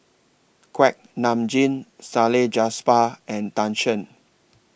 Kuak Nam Jin Salleh and Tan Shen